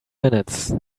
minutes